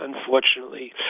unfortunately